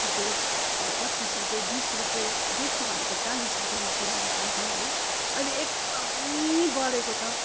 रुपियाँ पच्चिस रुपियाँ बिस रुपियाँ बेसी भनेको चालिस रुपियाँमा किनेर खान्थ्यौँ है अहिले एकदमै बढेको छ